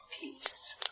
peace